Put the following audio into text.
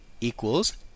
equals